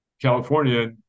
California